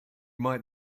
might